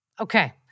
Okay